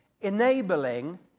enabling